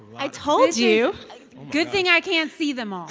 i told you good thing i can't see them all